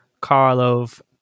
Karlov